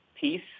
piece